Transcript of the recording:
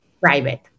private